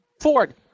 Ford